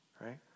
right